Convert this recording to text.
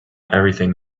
everything